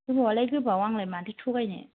गोबावालाय गोबाव आंलाय माथो थगायनो